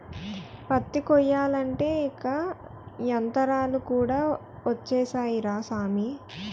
పత్తి కొయ్యాలంటే ఇంక యంతరాలు కూడా ఒచ్చేసాయ్ రా సామీ